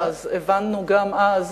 הבנו גם אז